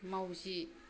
माउजि